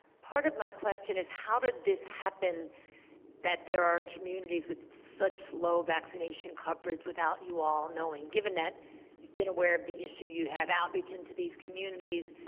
part of my question is how did these happen that there are communities with such low vaccination coverage without you all knowing? given that you've been aware of the issue, you have outreach into these communities,